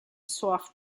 soft